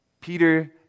Peter